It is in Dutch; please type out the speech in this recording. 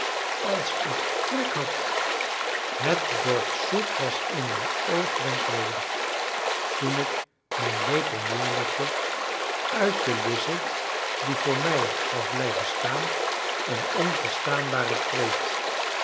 als ik trek had het bord soep was in een oogwenk ledig toen ik mijn lepel neerlegde uitte lize die voor mij was blijven staan een onverstaanbaren kreet